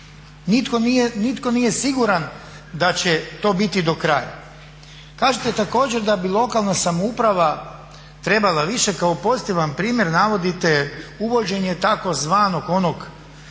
Nitko nije siguran da će to biti do kraja. Kažete također da bi lokalna samouprava trebala više kao pozitivan primjer navodite uvođenje tzv. onog